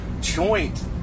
joint